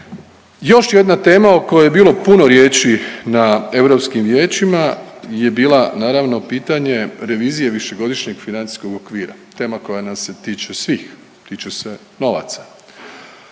Još jedna tema o kojoj je bilo puno riječi na europskim vijećima je bila naravno pitanje revizije višegodišnjeg financijskog okvira. Tema koja nas se tiče svih. Tiče se novaca.